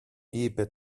είπε